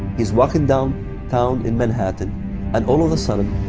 is walking down town in manhattan and all of a sudden